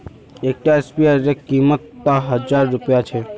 एक टा स्पीयर रे कीमत त हजार रुपया छे